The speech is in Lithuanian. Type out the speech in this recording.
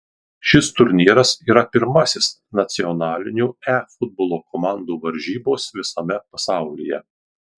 šis turnyras yra pirmasis nacionalinių e futbolo komandų varžybos visame pasaulyje